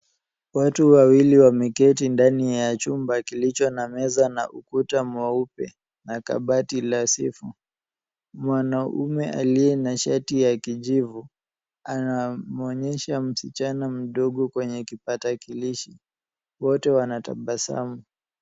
Watu wawili wameketi ndani ya chumba kilicho na meza, na ukuta mweupe na kabati la sefu. Mwanaume aliye na shati la kijivu anamwonyesha msichana mdogo kwenye kipatakilishi, wote wanatabasamu.